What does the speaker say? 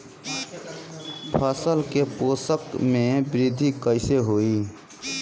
फसल के पोषक में वृद्धि कइसे होई?